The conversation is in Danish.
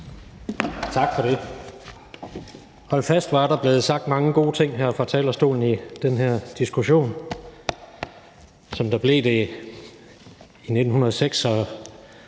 Tak for det. Hold fast, hvor er der blevet sagt mange gode ting fra talerstolen i den her diskussion, som der blev det i 1996,